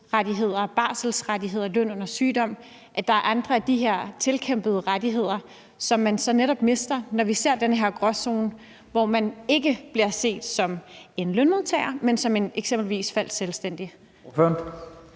barselsrettigheder og løn under sygdom er andre af de her tilkæmpede rettigheder, som man så netop mister, når der er den her gråzone, hvor man ikke bliver set som en lønmodtager, men eksempelvis som en falsk selvstændig.